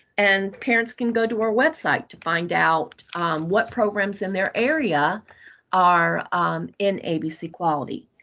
and parents can go to our website to find out what programs in their area are in abc quality.